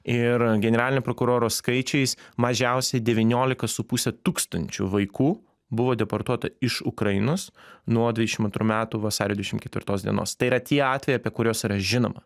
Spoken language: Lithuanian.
ir generalinio prokuroro skaičiais mažiausiai devyniolika su puse tūkstančių vaikų buvo deportuota iš ukrainos nuo dvidešim antrų metų vasario dvidešim ketvirtos dienos tai yra tie atvejai apie kuriuos yra žinoma